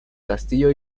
castillo